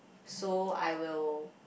so I will